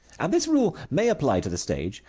and this rule may apply to the stage.